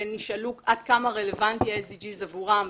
שנשאלו עד כמה רלוונטי ה-SDGs עבורם.